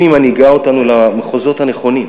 האם היא מנהיגה אותנו למחוזות הנכונים?